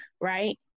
right